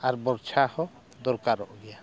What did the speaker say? ᱟᱨ ᱵᱚᱨᱥᱟ ᱦᱚᱸ ᱫᱚᱨᱠᱟᱨᱚᱜ ᱜᱮᱭᱟ